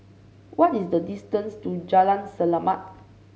what is the distance to Jalan Selamat